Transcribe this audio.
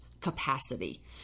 capacity